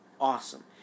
awesome